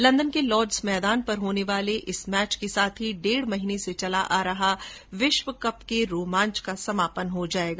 London के Lord's मैदान पर होने वाले इस मैच के साथ ही डेढ़ महीने से चले आ रहे विश्व कप के रोमांच का समापन हो जाएगा